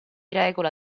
regola